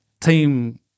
team